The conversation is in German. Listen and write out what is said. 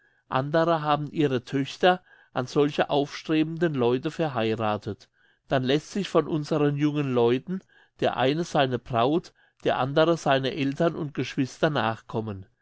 andere haben ihre töchter an solche aufstrebende leute verheiratet dann lässt sich von unseren jungen leuten der eine seine braut der andere seine eltern und geschwister nachkommen